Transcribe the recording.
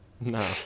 No